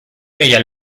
ella